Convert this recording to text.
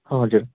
हजुर